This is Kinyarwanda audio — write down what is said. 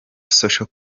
social